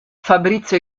fabrizio